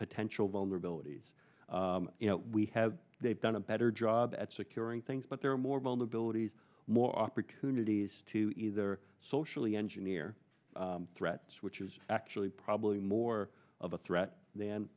potential vulnerabilities you know we have they've done a better job at securing things but there are more vulnerabilities more opportunities to either socially engineer threats which is actually probably more of a threat th